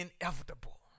inevitable